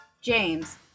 James